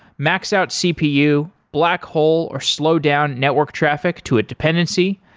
max out cpu, black hole or slow down network traffic to a dependency.